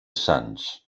sants